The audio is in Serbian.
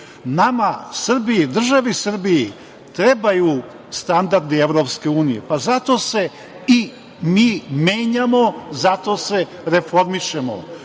EU.Nama Srbiji, državi Srbiji, trebaju standardi EU, pa zato se i mi menjamo, zato se reformišemo.